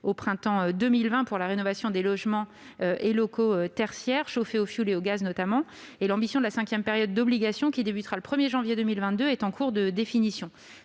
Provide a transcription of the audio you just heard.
au printemps 2020 pour la rénovation des logements et locaux tertiaires chauffés au fioul et au gaz notamment, et l'ambition de la cinquième période d'obligation, qui s'ouvrira le 1 janvier 2022, est en cours de définition.